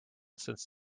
since